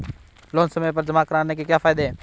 Loan समय पर जमा कराने के क्या फायदे हैं?